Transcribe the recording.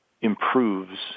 improves